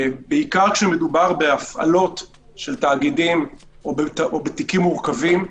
בעיקר כשמדובר בהפעלות של תאגידים או בתיקים מורכבים,